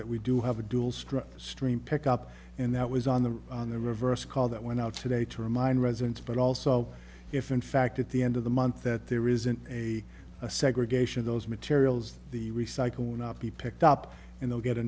that we do have a dual strip stream pick up and that was on the on the reverse call that went out today to remind residents but also if in fact at the end of the month that there isn't a segregation of those materials the recycle will not be picked up in they'll get a